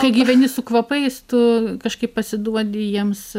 kai gyveni su kvapais tu kažkaip pasiduodi jiems